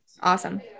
Awesome